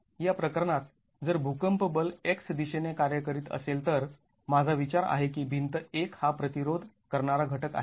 या प्रकरणात जर भूकंप बल x दिशेने कार्य करीत असेल तर माझा विचार आहे की भिंत १ हा प्रतिरोध करणारा घटक आहे